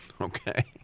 Okay